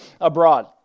abroad